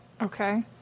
Okay